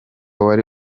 wari